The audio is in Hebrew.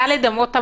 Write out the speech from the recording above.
ד' אמות המלון,